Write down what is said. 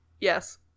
yes